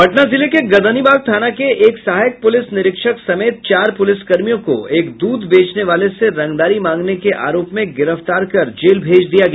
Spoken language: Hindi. पटना जिले के गर्दनीबाग थाना के एक सहायक पुलिस निरीक्षक समेत चार पुलिसकर्मियों को एक दूध बेचने वाले से रंगदारी मांगने के आरोप में गिरफ्तार कर जेल भेज दिया गया